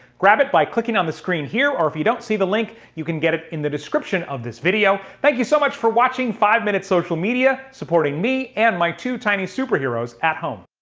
grab it by clicking on the screen here or if you don't see the link, you can get it in the description of this video. thank you so much for watching five minute social media, supporting me and my two tiny superheroes at home.